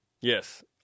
Yes